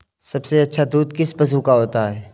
सबसे अच्छा दूध किस पशु का होता है?